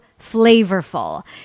flavorful